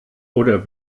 oder